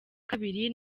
kabiri